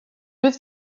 was